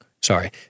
Sorry